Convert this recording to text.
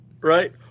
right